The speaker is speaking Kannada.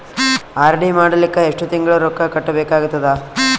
ಆರ್.ಡಿ ಮಾಡಲಿಕ್ಕ ಎಷ್ಟು ತಿಂಗಳ ರೊಕ್ಕ ಕಟ್ಟಬೇಕಾಗತದ?